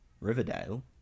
Riverdale